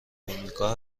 امریکا